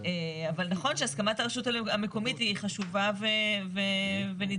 אבל נכון שהסכמת הרשות המקומית היא חשובה ונדרשת.